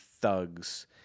thugs